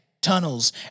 tunnels